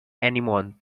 anemones